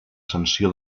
sanció